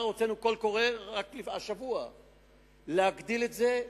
הוצאנו קול קורא השבוע להגדיל את זה.